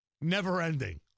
never-ending